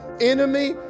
enemy